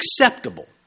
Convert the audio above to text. acceptable